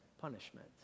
punishment